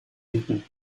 newton